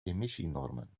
emissienormen